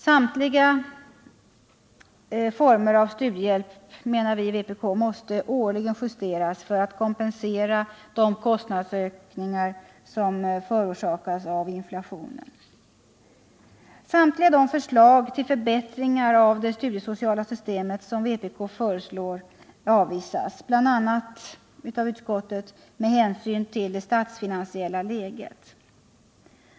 Samtliga former av studiehjälp måste, menar vi i vpk, årligen justeras för att kompensera kostnadsökningar som orsakas av inflationen. Samtliga förslag till förbättringar av det studiesociala systemet, som vpk föreslår, avvisas av utskottet bl.a. med hänsyn till det statsfinansiella läget.